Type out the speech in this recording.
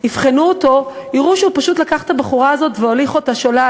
כשיבחנו אותו יראו שהוא פשוט לקח את הבחורה הזאת והוליך אותה שולל,